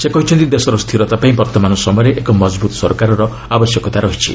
ସେ କହିଛନ୍ତି ଦେଶର ସ୍ଥିରତା ପାଇଁ ବର୍ତ୍ତମାନ ସମୟରେ ଏକ ମଜବୁତ ସରକାରର ଆବଶ୍ୟକତା ରହିଛି